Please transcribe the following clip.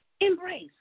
Embrace